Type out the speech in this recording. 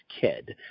kid